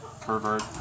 pervert